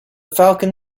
falcon